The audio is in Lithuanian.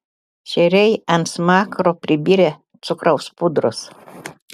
šeriai ant smakro pribirę cukraus pudros